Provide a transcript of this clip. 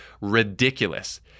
ridiculous